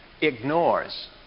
ignores